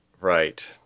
Right